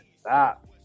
stop